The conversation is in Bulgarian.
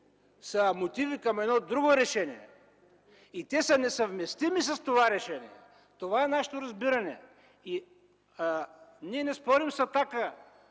са мотиви към едно друго решение. И те са несъвместими с това решение. Това е нашето разбиране. Ние не спорим с „Атака”